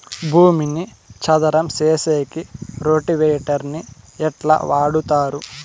భూమిని చదరం సేసేకి రోటివేటర్ ని ఎట్లా వాడుతారు?